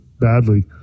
Badly